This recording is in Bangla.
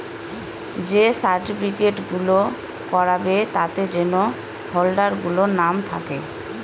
যে সার্টিফিকেট গুলো করাবে তাতে যেন হোল্ডার গুলোর নাম থাকে